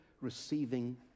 receiving